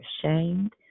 ashamed